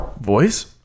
voice